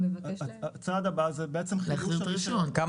הצעד הבא זה בעצם חידוש הרישיון.